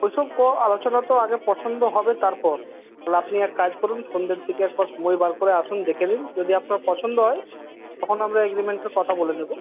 ওইসব আলোচনা তো আগে পছন্দ হবে তারপর তাহলে আপনি এক কাজ করুন সন্ধ্যের দিকে একবার সময় বার করে আসুন দেখে নিন যদি আপনার পছন্দ হয় তখন আমরা এগ্রিমেন্টের কথা বলে নেবো